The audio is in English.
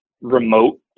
remote